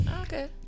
Okay